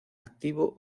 activo